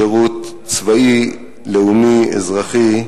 שירות צבאי, לאומי, אזרחי,